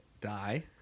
Die